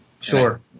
Sure